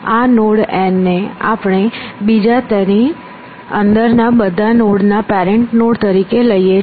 આ node n ને આપડે બીજા તેની અંદર ના બધા નોડ ના પેરેન્ટ નોડ તરીકે લઈએ છે